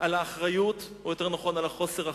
על האחריות, או יותר נכון על חוסר האחריות,